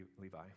Levi